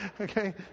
Okay